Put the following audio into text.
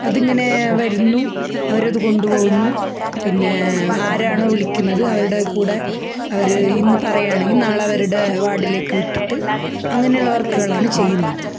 അതിങ്ങനേ വരുന്നു അവരത് കൊണ്ടുപോകുന്നു പിന്നേ ആരാണ് വിളിക്കുന്നത് അവരുടെ കൂടെ അവര് ഇന്നു പറയാണെങ്കില് നാളെ അവരുടെ വാർഡിലേക്ക് വിട്ടിട്ട് അങ്ങനെയുള്ള വർക്കുകളാണ് ചെയ്യുന്നത്